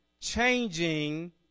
changing